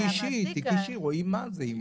יש תיק אישי ורואים מה זה.